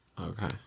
Okay